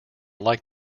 like